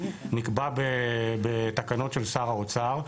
נקבע בתקנות של שר האוצר,